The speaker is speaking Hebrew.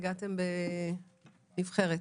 בבקשה.